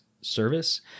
service